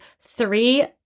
three